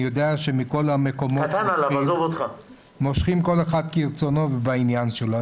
אני יודע שמכל המקומות --- מושכים כל אחד כרצונו בעניין שלו.